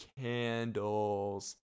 Candles